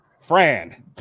Fran